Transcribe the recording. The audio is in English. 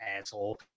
asshole